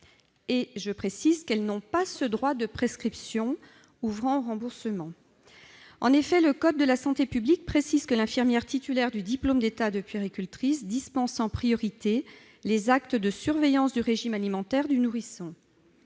l'allaitement ». Elles n'ont pas ce droit de prescription ouvrant au remboursement. En effet, l'article R. 4311-13 du code de la santé publique précise que l'infirmière titulaire du diplôme d'État de puéricultrice dispense en priorité les actes de surveillance du régime alimentaire du nourrisson.